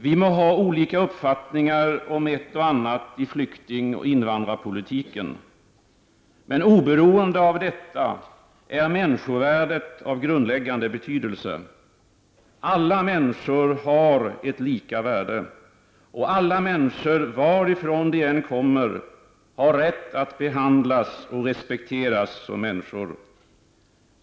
Vi må ha olika uppfattningar om ett och annat i flyktingoch invandrarpolitiken. Men oberoende av detta är människovärdet av grundläggande betydelse. Alla människor har ett lika värde, och alla människor varifrån de än kommer har rätt att behandlas och respekteras som människor.